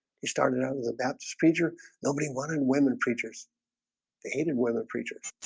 he started out in the baptist preacher nobody wanted women preachers they hated women preachers